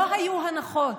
לא היו הנחות.